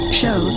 show